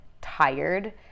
tired